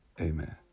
Amen